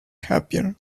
happier